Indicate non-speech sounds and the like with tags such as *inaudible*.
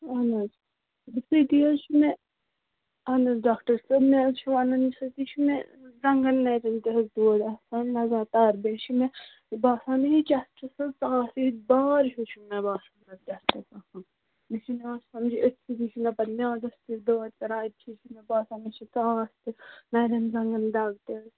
اَہن حظ سۭتی حظ چھُ مےٚ اَہن حظ ڈاکٹَر صٲب مےٚ حظ چھُ وَنُن سۭتی چھُ مےٚ زَنٛگَن نَرٮ۪ن تہِ حظ دود آسان مگر لَگاتار بیٚیہِ چھِ مےٚ باسان یہِ کیٛاہ چھُ *unintelligible* ژاس یِہوٚے بار ہیوٗ چھُ مےٚ باسان *unintelligible* مےٚ چھُنہٕ یِوان سَمجی أتھۍ سۭتی چھُ مےٚ پَتہٕ میٛادَس تہٕ دود کَران أتھی چھِ مےٚ باسان مےٚ چھِ ژاس تہِ نَرٮ۪ن زَنٛگَن دَگ تہِ حظ